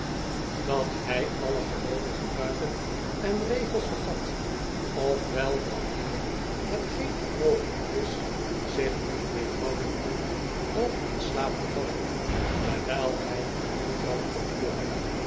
dat hij alle gewone gebruiken en regels vergat of wel dat hij hetgeen ook mdgelijk is zich niet weerhouden kon half in slaap te vallen terwijl hij de trap opklom